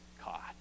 caught